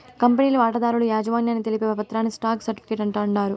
కంపెనీల వాటాదారుల యాజమాన్యాన్ని తెలిపే పత్రాని స్టాక్ సర్టిఫీకేట్ అంటాండారు